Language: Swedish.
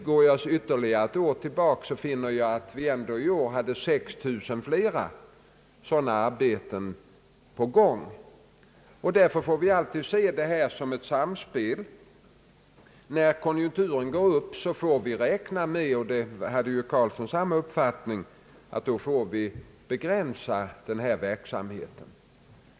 Går jag ytterligare ett år tillbaka finner jag att vi i år hade 6 000 flera sådana arbeten på gång. Vi får därför alltid se detta som ett samspel. När konjunkturerna går upp, får vi räkna med — och herr Ove Karlsson hade ju samma uppfattning — att denna verksamhet begränsas.